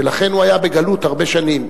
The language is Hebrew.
ולכן הוא היה בגלות הרבה שנים,